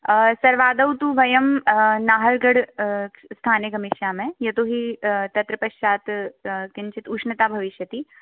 सर्वादौ तु वयं नाहर्गड् स्थाने गमिष्यामः यतो हि तत्र पश्चात् किञ्चित् उष्णता भविष्यति